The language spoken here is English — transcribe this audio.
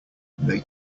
they